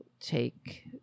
take